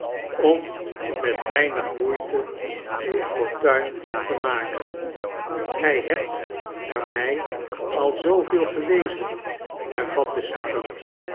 om met weinig moeite uw fortuin te maken gij hebt er mij al zooveel gewezen hervatte